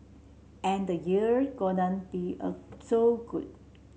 and the year gonna be so good